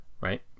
right